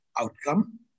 outcome